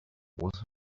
what